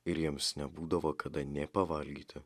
ir jiems nebūdavo kada nė pavalgyti